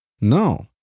No